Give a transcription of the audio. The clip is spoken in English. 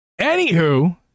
Anywho